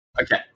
Okay